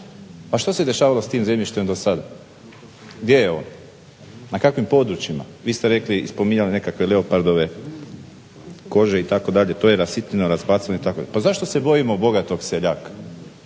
Pa što se dešavalo s tim zemljištem do sada, gdje je ono, na kakvim područjima. Vi ste rekli i spominjali nekakve leopardove kože itd., to je rasitnjeno, razbacano itd. Pa zašto se bojimo bogatog seljaka